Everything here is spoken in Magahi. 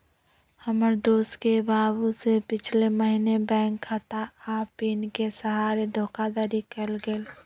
हमर दोस के बाबू से पिछले महीने बैंक खता आऽ पिन के सहारे धोखाधड़ी कएल गेल